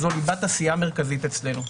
זאת ליבה עשייה מרכזית אצלנו.